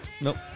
Nope